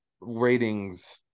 ratings